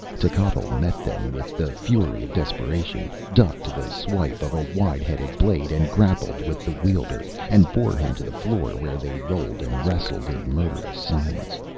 techotl met them with the fury of desperation, ducked the swipe of a wide-headed blade, and grappled with the wielder, and bore him to the floor where they rolled and wrestled in murderous silence.